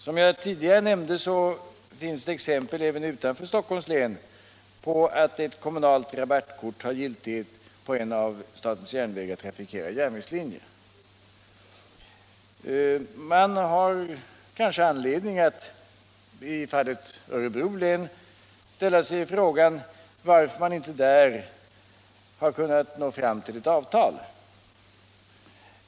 Som jag tidigare nämnde finns det exempel även utanför Stockholms län på att ett kommunalt rabattkort har giltighet på en av statens järnvägar trafikerad järnvägslinje. Det finns kanske anledning att i fallet Örebro län ställa sig frågan varför man inte där har kunnat nå fram till ett avtal.